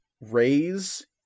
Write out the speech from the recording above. raise